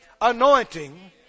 anointing